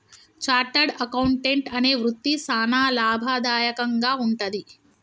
chartered accountant అనే వృత్తి సానా లాభదాయకంగా వుంటది